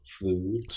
food